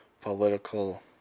political